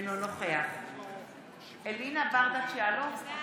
אינו נוכח אלינה ברדץ' יאלוב,